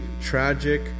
tragic